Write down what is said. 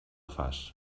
fas